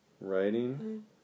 Writing